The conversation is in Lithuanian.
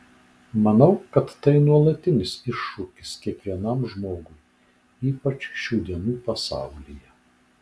manau kad tai nuolatinis iššūkis kiekvienam žmogui ypač šių dienų pasaulyje